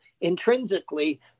intrinsically